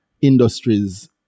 industries